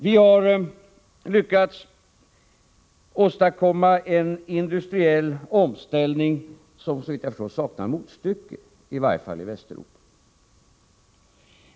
Vi har lyckats åstadkomma en industriell omställning som såvitt jag förstår saknar motstycke, i varje fall i Västeuropa.